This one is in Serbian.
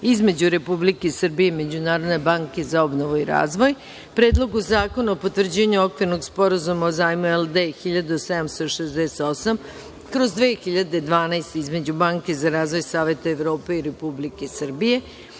između Republike Srbije i Međunarodne banke za obnovu i razvoj, Predlogu zakona o potvrđivanju Okvirnog sporazuma o zajmu LD 1768/2012 između Banke za razvoj Saveta Evrope i Republike Srbije